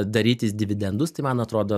darytis dividendus tai man atrodos